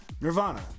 Nirvana